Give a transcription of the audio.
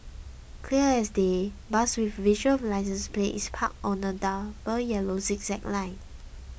clear as day bus with visible licence plate is parked on a double yellow zigzag line